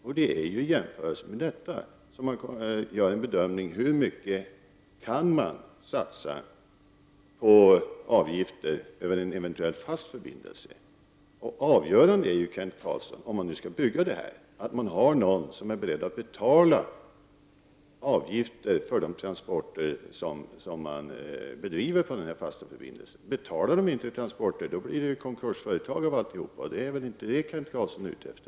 Med denna utgångspunkt har man gjort bedömningar hur mycket man kan satsa på avgifter för en eventuell fast förbindelse. Avgörande för att man kan bygga en tunnel, Kent Carlsson, är att man har någon som är beredd att betala avgifter för de transporter som bedrivs på denna fasta förbindelse. Betalas inte avgifterna blir det konkursföretag av alltihop. Det är väl inte vad Kent Carlsson är ute efter.